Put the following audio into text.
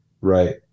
Right